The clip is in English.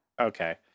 Okay